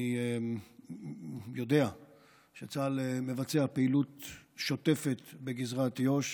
אני יודע שצה"ל מבצע פעילות שוטפת בגזרת יו"ש,